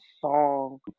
song